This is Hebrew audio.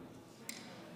סיפוח.